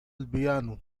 البيانو